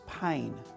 pain